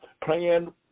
Plan